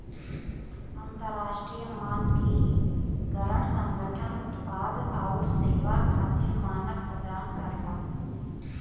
अंतरराष्ट्रीय मानकीकरण संगठन उत्पाद आउर सेवा खातिर मानक प्रदान करला